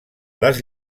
les